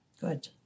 good